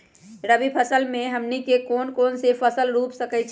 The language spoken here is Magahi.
रबी फसल में हमनी के कौन कौन से फसल रूप सकैछि?